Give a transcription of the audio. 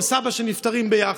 על סבא שנפטרים ביחד.